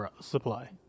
supply